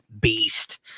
beast